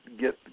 get